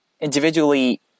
Individually